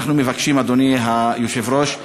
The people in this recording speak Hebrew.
אדוני היושב-ראש,